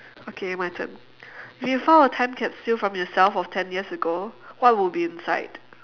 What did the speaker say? okay my turn if you found a time capsule from yourself of ten years ago what would be inside